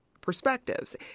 Perspectives